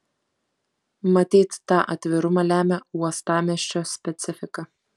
matyt tą atvirumą lemia uostamiesčio specifika